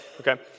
Okay